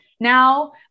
Now